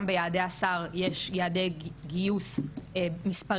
גם ביעדי השר יש יעדי גיוס מספריים